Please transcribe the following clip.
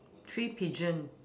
three pigeon